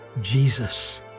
Jesus